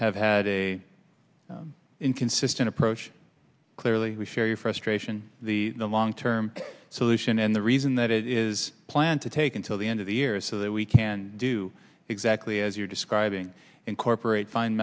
have had a inconsistent approach clearly we share your frustration the long term solution and the reason that it is planned to take until the end of the year so that we can do exactly as you're describing incorporate fin